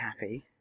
happy